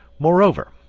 moreover,